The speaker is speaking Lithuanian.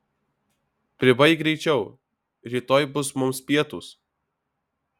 pribaik greičiau rytoj bus mums pietūs